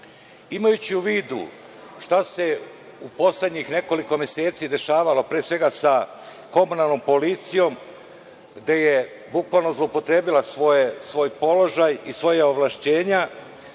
Imajući u vidu šta se u poslednjih nekoliko meseci dešavalo, pre svega sa komunalnom policijom, gde je bukvalno zloupotrebila svoj položaj i svoja ovlašćenja,